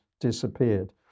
disappeared